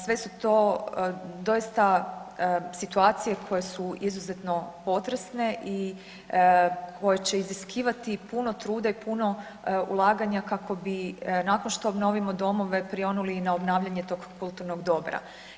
Sve su to doista situacije koje su izuzetno potresne i koje će iziskivati puno truda i puno ulaganja kako bi nakon što obnovimo domove prionuli i na obnavljanje tog kulturnog dobra.